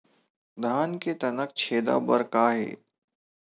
धान के तनक छेदा बर का हे?